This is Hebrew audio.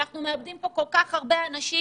אנחנו מאבדים פה כל כך הרבה אנשים: